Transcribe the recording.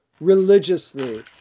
religiously